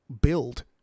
build